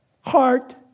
heart